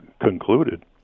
concluded